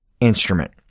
instrument